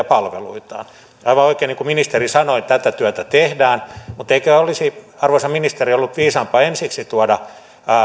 palveluitaan niin kuin ministeri sanoi aivan oikein tätä työtä tehdään mutta eikö olisi arvoisa ministeri ollut viisaampaa ensiksi tuoda